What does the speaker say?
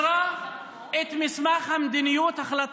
דרך אגב,